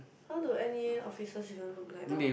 how do N_E_A officers even look like